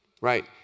Right